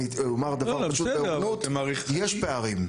אני אומר דבר פשוט: יש פערים.